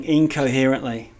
incoherently